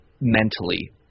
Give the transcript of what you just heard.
mentally